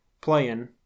playing